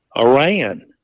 Iran